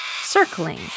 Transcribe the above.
circling